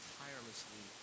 tirelessly